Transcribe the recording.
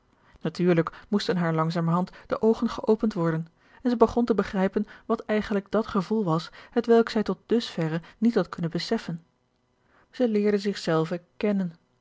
natuurlijk moesten haar langzamerhand de oogen geopend worden en zij begon te george een ongeluksvogel begrijpen wat eigenlijk dàt gevoel was hetwelk zij tot dus verre niet had kunnen beseffen zij leerde zich zelve kennen